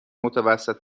متوسط